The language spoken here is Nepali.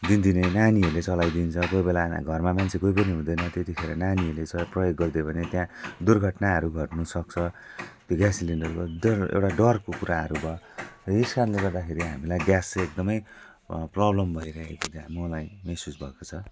दिनदिनै नानीहरूले चलाइदिन्छ कोही बेलामा अब घरमा मान्छे कोही पनि हुँदैन त्यतिखेर नानीहरूले च प्रयोग गरिदियो भने त्यहाँ दुर्घटनाहरू घट्नुसक्छ ग्यास सिलेन्डरको डर एउटा डरको कुराहरू भयो र यसकारणले गर्दाखेरि हामीलाई ग्यासले एकदमै प्रोब्लम भइरहेको त्यहाँ मलाई महसुस भएको छ